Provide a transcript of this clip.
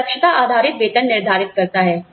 यह दक्षता आधारित वेतन निर्धारित करता है